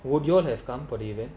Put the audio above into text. would you all have come for the event